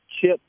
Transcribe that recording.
chip